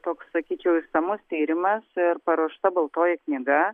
toks sakyčiau išsamus tyrimas ir paruošta baltoji knyga